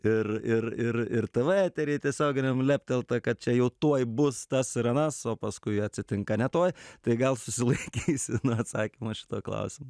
ir ir ir ir tv etery tiesioginiam leptelta kad čia jau tuoj bus tas ir anas o paskui atsitinka ne tuoj tai gal susilaikysiu nuo atsakymo į šitą klausimą